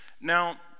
Now